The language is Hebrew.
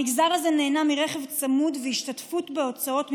המגזר הזה נהנה מרכב צמוד והשתתפות בהוצאות,